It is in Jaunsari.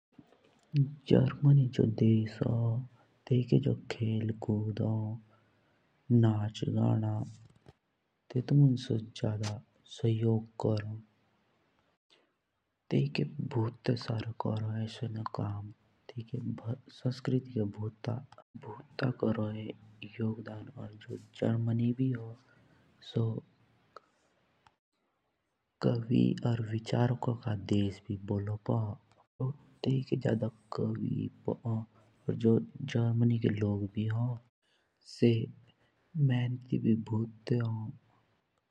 जर्मनी जो देश होन तेइके जो खेल कूद होन खेल सहितिये होन तेत मुञ्झ से जादा फोकस करों। और जो जर्मनी देश हो तेसके कवि और विचारकों का देश भी बोलों पु हो। और जो जर्मनी के लोग भी होन से मेहनती भी भूटे होन।